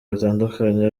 bitandukanye